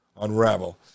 unravel